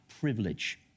privilege